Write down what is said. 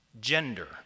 gender